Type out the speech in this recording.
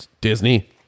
Disney